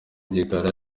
gikari